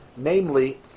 Namely